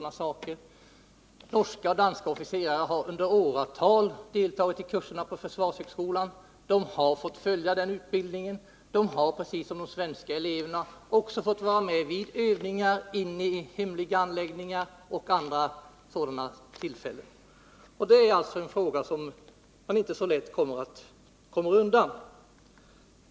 Norska och danska officerare har under åratal deltagit i kurserna på försvarshögskolan. De har fått följa den utbildningen, de har precis som de svenska eleverna också fått vara med vid övningar inne i hemliga anläggningar och vid andra sådana tillfällen. Det är alltså en fråga som man inte så lätt kommer undan.